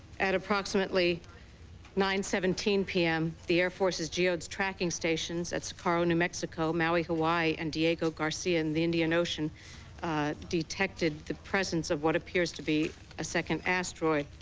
at approximately nine seventeen p m. the air force's geo tracking stations at socorr new mexico maui, hawaii, and diego garcia in the indian ocean detected the presence of what appears to be a second asteroid.